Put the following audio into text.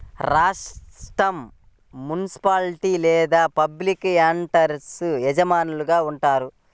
రాష్ట్రం, మునిసిపాలిటీ లేదా public actors యజమానులుగా ఉంటారు